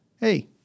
Hey